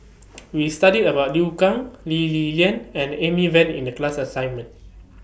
We studied about Liu Kang Lee Li Lian and Amy Van in The class assignment